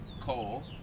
Cole